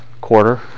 quarter